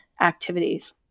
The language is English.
activities